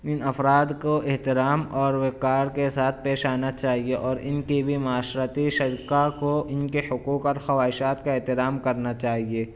ان افراد کو احترام اور وقار کے ساتھ پیش آنا چاہیے اور ان کی بھی معاشرتی شرکاء کو ان کے حقوق اور خواہشات کا احترام کرنا چاہیے